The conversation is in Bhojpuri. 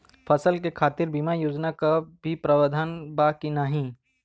फसल के खातीर बिमा योजना क भी प्रवाधान बा की नाही?